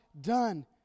done